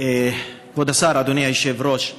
כבוד השר, אדוני היושב-ראש,